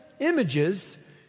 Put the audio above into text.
images